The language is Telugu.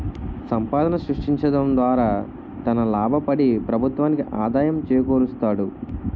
సంపాదన సృష్టించడం ద్వారా తన లాభపడి ప్రభుత్వానికి ఆదాయం చేకూరుస్తాడు